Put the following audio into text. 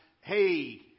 Hey